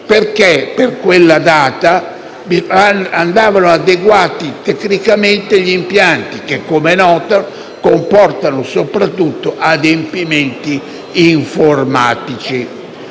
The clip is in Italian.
perché, per quella data, andavano adeguati tecnicamente gli impianti, il che, come è noto, comporta soprattutto adempimenti informatici.